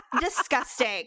disgusting